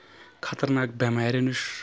خطرناکھ بیمارین نِش